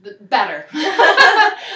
better